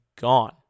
gone